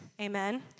Amen